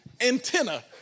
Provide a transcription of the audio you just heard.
antenna